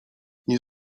nie